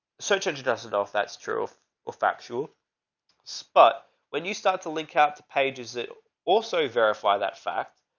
search engine doesn't know if that's true or factual spot. when you start to link out to pages that also verify that fact.